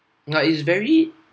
nah it's very